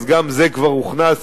אז גם זה כבר הוכנס